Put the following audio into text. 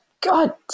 God